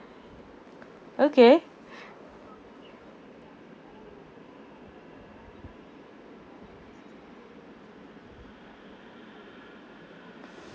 okay